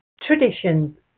Traditions